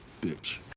Bitch